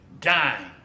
dying